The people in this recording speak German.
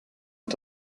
und